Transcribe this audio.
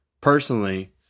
personally